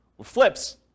Flips